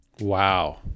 Wow